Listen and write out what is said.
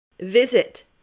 Visit